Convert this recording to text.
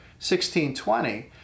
1620